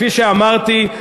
כפי שאמרתי,